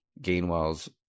Gainwell's